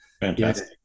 fantastic